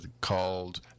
called